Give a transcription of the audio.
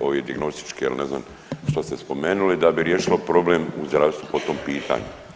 ove dijagnostičke ili ne znam što ste spomenuli da bi riješilo problem u zdravstvu po tom pitanju.